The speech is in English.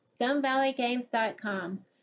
StoneValleyGames.com